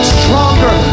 stronger